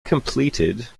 completed